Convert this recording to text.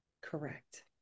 Correct